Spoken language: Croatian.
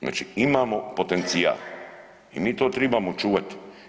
Znači imamo potencijal i mi to tribamo čuvati.